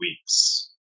weeks